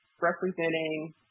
representing